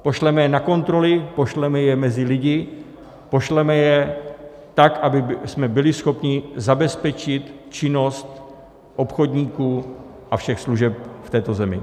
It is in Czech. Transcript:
Pošleme je na kontroly, pošleme je mezi lidi, pošleme je tak, abychom byli schopni zabezpečit činnost obchodníků a všech služeb v této zemi.